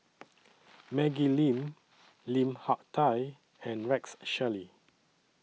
Maggie Lim Lim Hak Tai and Rex Shelley